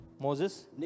Moses